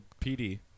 PD